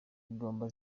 ingamba